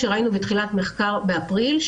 שראינו בתחילת המחקר באפריל,